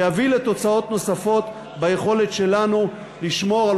ויביא לתוצאות נוספות ביכולת שלנו לשמור על